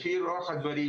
לפי רוח הדברים,